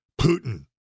Putin